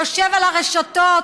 יושב על הרשתות,